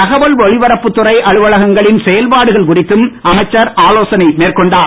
தகவல் ஒலிபரப்பு துறை அலுவலகங்களின் செயல்பாடுகள் குறித்தும் அமைச்சர் ஆலோசனை மேற்கொண்டார்